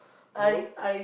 no